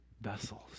vessels